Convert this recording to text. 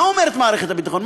מה אומרת מערכת הביטחון?